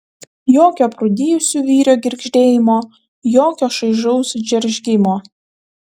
jokio aprūdijusių vyrių girgždėjimo jokio šaižaus džeržgimo